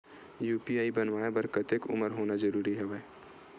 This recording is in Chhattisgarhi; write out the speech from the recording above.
यू.पी.आई बनवाय बर कतेक उमर होना जरूरी हवय?